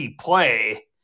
play